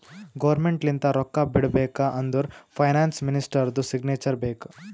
government ಲಿಂತ ರೊಕ್ಕಾ ಬಿಡ್ಬೇಕ ಅಂದುರ್ ಫೈನಾನ್ಸ್ ಮಿನಿಸ್ಟರ್ದು ಸಿಗ್ನೇಚರ್ ಬೇಕ್